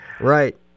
Right